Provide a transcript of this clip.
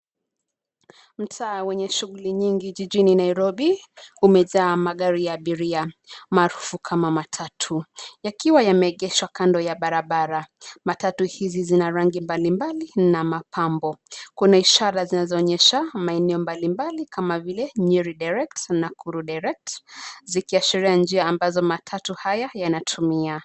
Mtaa wenye shughuli nyingi jijini Nairobi umejaa magari ya abiria maarufu kama matatu yakiwa yameegeshwa kando ya barabara. Matatu hizi zina rangi mbali mbali na mapambo. Kunaishara zinazo onyesha maeneo mbali mbali kama vile Nyeri Direct, Nakuru Direct, zikiashiria njia ambazo matatu haya yanatumia.